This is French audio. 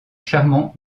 charmant